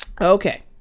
okay